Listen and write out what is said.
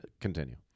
Continue